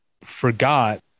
forgot